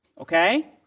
okay